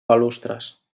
balustres